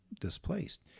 displaced